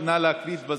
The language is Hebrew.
נא להקפיד בזמנים.